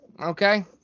okay